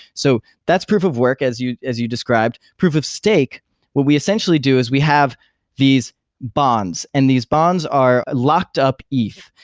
so that's proof of work as you as you described. proof of stake, what we essentially do is we have these bonds, and these bonds are locked up eth,